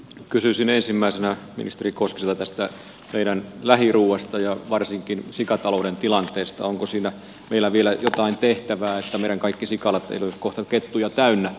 kysyisin ensimmäisenä ministeri koskiselta tästä meidän lähiruuasta ja varsinkin sikatalouden tilanteesta onko siinä meillä vielä jotain tehtävää että meidän kaikki sikalat eivät olisi kohta kettuja täynnä